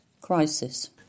crisis